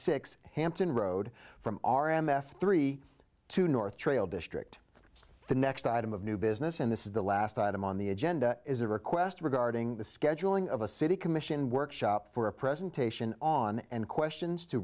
six hampton road from r m f three to north trail district the next item of new business and this is the last item on the agenda is a request regarding the scheduling of a city commission workshop for a presentation on and questions to